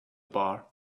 bar